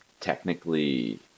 technically